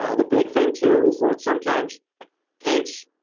ah the big thing, too, is that sometimes tanks,